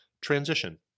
Transition